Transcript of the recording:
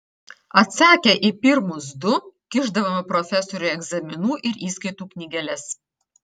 atsakę į pirmus du kišdavome profesoriui egzaminų ir įskaitų knygeles